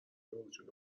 بوجود